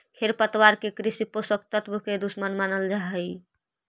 खेरपतवार के कृषि पोषक तत्व के दुश्मन मानल जा हई